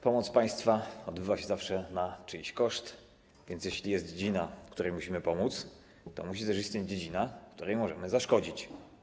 Pomoc państwa odbywa się zawsze na czyjś koszt, więc jeśli jest dziedzina, której musimy pomóc, to musi też istnieć dziedzina, której możemy zaszkodzić.